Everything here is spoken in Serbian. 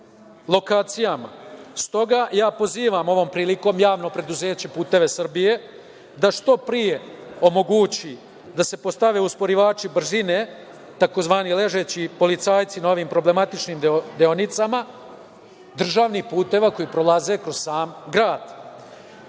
lokacijama. Stoga, ja pozivam ovom prilikom Javno preduzeće „Puteve Srbije“ da što pre omogući da se postave usporivači brzine, tzv. ležeći policajci, na ovim problematičnim deonicama državnih puteva koji prolaze kroz sam